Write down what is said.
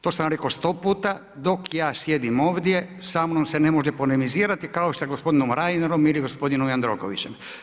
To sam vam rekao 100 puta, dok ja sjedim ovdje, samnom se ne može polemizirati, kao što sa gospodinom Reinerom ili gospodinom Jandrokovićem.